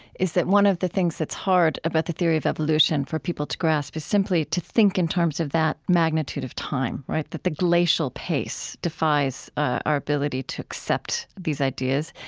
is that one of the things that's hard about the theory of evolution for people to grasp is simply to think in terms of that magnitude of time. right? that the glacial pace defies our ability to accept these ideas,